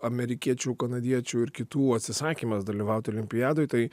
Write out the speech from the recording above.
amerikiečių kanadiečių ir kitų atsisakymas dalyvauti olimpiadoj tai